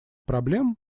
проблем